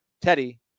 Teddy